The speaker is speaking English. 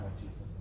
Jesus